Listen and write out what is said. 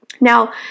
Now